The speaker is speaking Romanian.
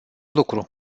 lucru